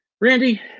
Randy